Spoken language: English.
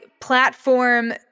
platform